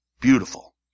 Beautiful